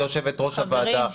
היא יושבת ראש הוועדה,